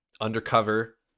undercover